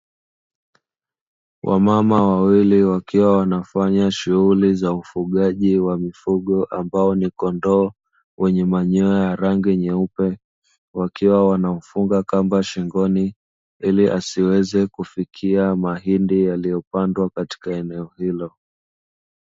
Wamama wawili wakiwa wanafanya shughuli za ufugaji wa mifugo ambao ni kondoo wenye manyoya ya rangi nyeupe, wakiwa wanawafunga kamba shingoni ili asiweze kufikia mahindi yaliyopandwa katika eneo hilo.